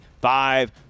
five